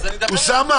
סביר?